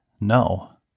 No